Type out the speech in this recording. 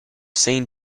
seen